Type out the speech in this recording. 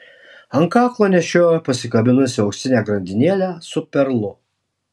ant kaklo nešiojo pasikabinusi auksinę grandinėlę su perlu